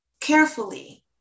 carefully